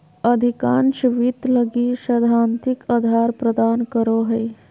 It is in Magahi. अधिकांश वित्त लगी सैद्धांतिक आधार प्रदान करो हइ